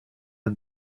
and